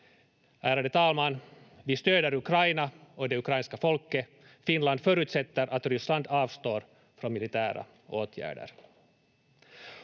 Ärade talman! Vi stöder Ukraina och det ukrainska folket. Finland förutsätter att Ryssland avstår från militära åtgärder.